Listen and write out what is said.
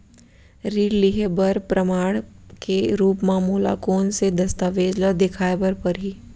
ऋण लिहे बर प्रमाण के रूप मा मोला कोन से दस्तावेज ला देखाय बर परही?